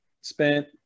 Spent